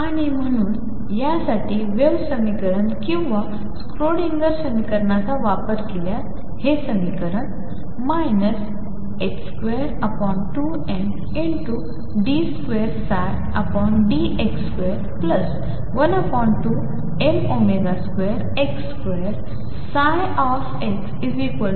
आणि म्हणून यासाठी वेव्ह समीकरण किंवा स्क्रोडिंगर समीकरनाचा वापर केल्यास हे समीकरण 22md2dx2 12m2x2ψEψ असे होईल